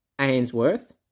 Ainsworth